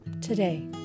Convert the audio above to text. today